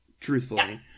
truthfully